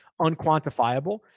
unquantifiable